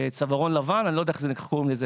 צווארון לבן אני לא יודע איך קוראים לזה